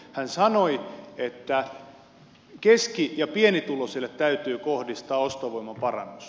hän sanoi että keski ja pienituloisille täytyy kohdistaa ostovoiman parannus